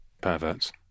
perverts